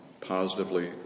positively